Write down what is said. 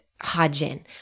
Hajin